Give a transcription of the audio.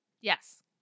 Yes